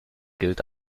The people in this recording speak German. gilt